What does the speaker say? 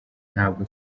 ntabwo